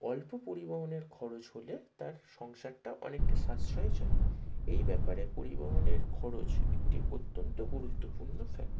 অল্প পরিবহনের খরচ হলে তার সংসারটা অনেকটা সাশ্রয়ে চলে এই ব্যাপারে পরিবহনের খরচ একটি অত্যন্ত গুরুত্বপূর্ণ ফ্যাক্টার